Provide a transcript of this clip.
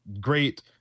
great